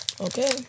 Okay